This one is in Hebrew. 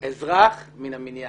אני הייתי אזרח מן המניין.